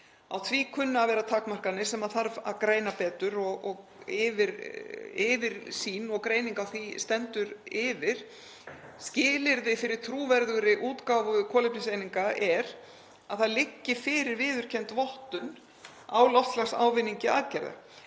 Á því kunna að vera takmarkanir sem þarf að greina betur og yfirsýn og greining á því stendur yfir. Skilyrði fyrir trúverðugri útgáfu kolefniseininga er að það liggi fyrir viðurkennd vottun á loftslagsávinningi aðgerða.